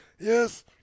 Yes